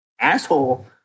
asshole